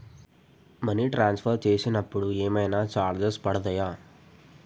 Money transfer చేసినప్పుడు ఏమైనా charges పడతయా?